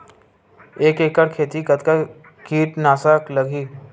एक एकड़ खेती कतका किट नाशक लगही?